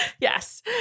Yes